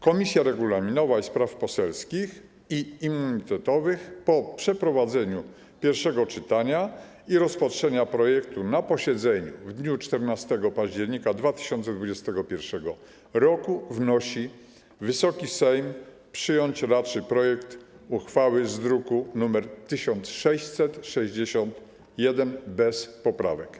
Komisja Regulaminowa, Spraw Poselskich i Immunitetowych po przeprowadzeniu pierwszego czytania i rozpatrzeniu projektu na posiedzeniu w dniu 14 października 2021 r. wnosi, aby Wysoki Sejm przyjąć raczył projekt uchwały z druku nr 1661 bez poprawek.